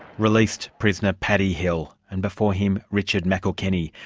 released prisoner paddy hill, and before him, richard mcilkenny,